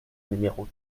numéro